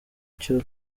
cyo